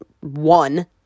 one